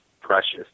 precious